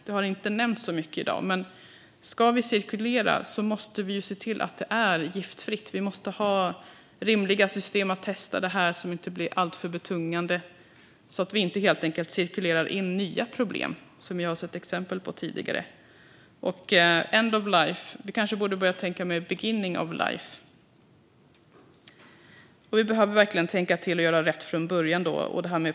Detta har inte nämnts så mycket i dag, men om vi ska cirkulera måste vi se till att det är giftfritt. Vi måste ha rimliga system för att testa, som inte blir alltför betungande, så att vi inte cirkulerar in nya problem, vilket vi har sett exempel på tidigare. Vi kanske borde börja tänka mer på beginning of life än på end of life. Vi behöver verkligen tänka till och göra rätt från början.